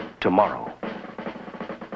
tomorrow